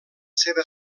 seva